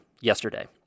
yesterday